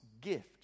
gift